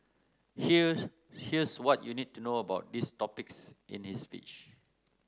here's here's what you need to know about these topics in his speech